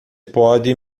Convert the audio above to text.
pode